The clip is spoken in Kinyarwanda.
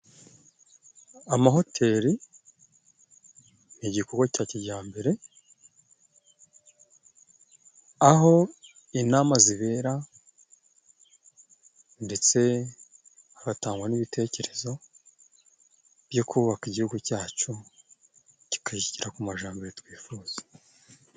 Amahoteli ni igikorwa cya kijyambere, aho inama zibera ndetse hagatangwa n'ibitekerezo, byo kubaka igihugu cyacu kikagera ku majambere twifuza.